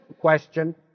question